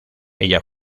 ella